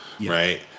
right